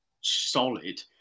solid